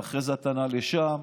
ואחרי זה הטענה לשם,